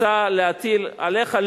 רוצה להטיל עליך,